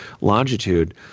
longitude